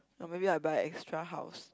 no maybe I buy extra house